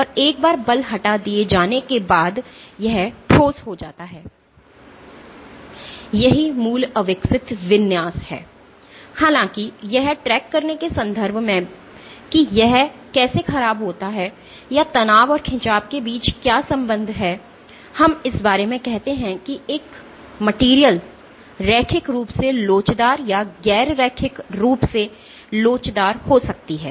और एक बार बल हटा दिए जाने के बाद यह ठोस हो जाता है यह मूल अविकसित विन्यास है हालाँकि यह ट्रैक करने के संदर्भ में कि यह कैसे ख़राब होता है या तनाव और खिंचाव के बीच क्या संबंध है हम इस बारे में कहते हैं कि एक सामग्री रैखिक रूप से लोचदार या गैर रैखिक रूप से लोचदार हो सकती है